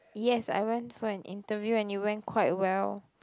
yes I went for an interview and it went quite well